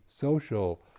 social